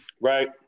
right